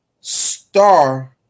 star